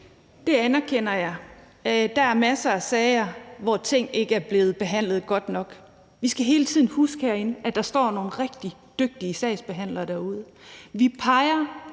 Det anerkender jeg. Der er masser af sager, hvor ting ikke er blevet behandlet godt nok. Vi skal hele tiden huske herinde, at der står nogle rigtig dygtige sagsbehandlere derude. Vi peger